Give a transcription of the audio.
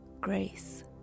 grace